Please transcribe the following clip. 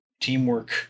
teamwork